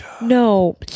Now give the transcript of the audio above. No